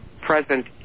present